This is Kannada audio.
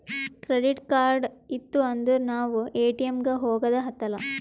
ಕ್ರೆಡಿಟ್ ಕಾರ್ಡ್ ಇತ್ತು ಅಂದುರ್ ನಾವ್ ಎ.ಟಿ.ಎಮ್ ಗ ಹೋಗದ ಹತ್ತಲಾ